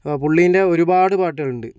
പുള്ളീൻ്റെ ഒരുപാട് പാട്ടുകളുണ്ട്